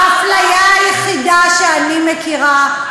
האפליה היחידה שאני מכירה,